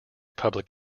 public